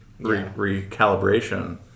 recalibration